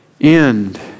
end